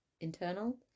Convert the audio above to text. internal